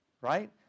right